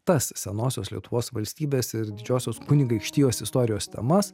tas senosios lietuvos valstybės ir didžiosios kunigaikštijos istorijos temas